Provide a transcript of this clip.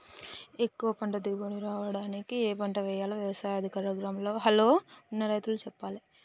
ఎక్కువ పంట దిగుబడి రావడానికి ఏ పంట వేయాలో వ్యవసాయ అధికారులు గ్రామాల్ల ఉన్న రైతులకు చెప్పాలే